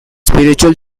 spiritual